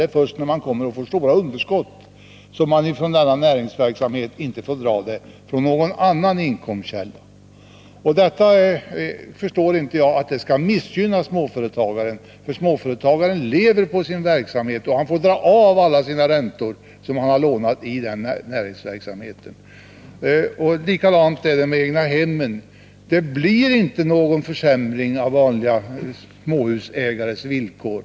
Det är först när man får stora underskott i denna verksamhet som man inte får göra motsvarande avdrag i någon annan inkomstkälla. Jag förstår inte att detta skall kunna missgynna småföretagaren, för småföretagaren lever på sin verksamhet, och han får dra av alla räntor på de lån han har tagit i denna verksamhet. Likadant är det med egnahemmen. Det blir inte någon försämring av vanliga småhusägares villkor.